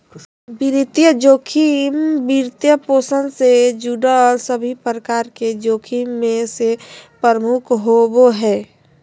वित्तीय जोखिम, वित्तपोषण से जुड़ल सभे प्रकार के जोखिम मे से प्रमुख होवो हय